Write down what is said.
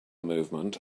movement